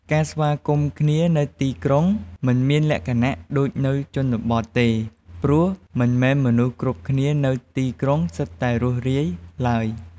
ការស្វាគមន៍គ្នានៅទីក្រុង មិនមានលក្ខណៈដូចនៅជនបទទេ ព្រោះមិនមែនមនុស្សគ្រប់គ្នានៅទីក្រុងសុទ្ធតែរួសរាយឡើយ។